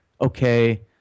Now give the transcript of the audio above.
Okay